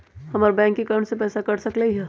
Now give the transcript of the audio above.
हमर bank account से पैसा कट सकलइ ह?